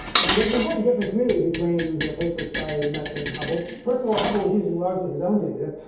and there's an important difference really between the papers by lemaitre and hubble. first of all, hubble was using largely his own data.